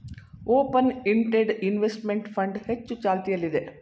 open ended investment fund ಹೆಚ್ಚು ಚಾಲ್ತಿಯಲ್ಲಿದೆ